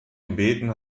gebeten